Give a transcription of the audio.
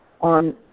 on